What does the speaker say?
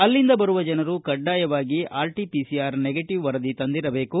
ಅಲ್ಲಿಂದ ಬರುವ ಜನರು ಕಡ್ನಾಯವಾಗಿ ಆರ್ಟಿಪಿಸಿಆರ್ ನೆಗೆಟಿವ್ ವರದಿ ತಂದಿರಬೇಕು